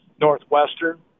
Northwestern